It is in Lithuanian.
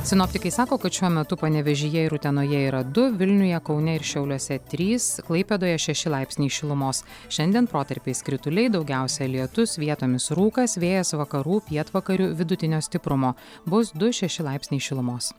sinoptikai sako kad šiuo metu panevėžyje ir utenoje yra du vilniuje kaune ir šiauliuose trys klaipėdoje šeši laipsniai šilumos šiandien protarpiais krituliai daugiausia lietus vietomis rūkas vėjas vakarų pietvakarių vidutinio stiprumo bus du šeši laipsniai šilumos